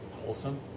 Wholesome